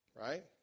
Right